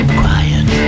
quiet